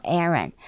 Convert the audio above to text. Aaron，